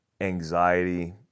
Anxiety